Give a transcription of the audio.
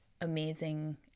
amazing